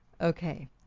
Okay